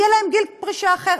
יהיה להן גיל פרישה אחר.